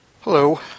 hello